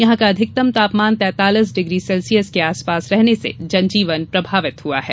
यहां का अधिकतम तापमान तैतालीस डिग्री सेल्सियस के आसपास रहने से जनजीवन प्रभावित हुआ है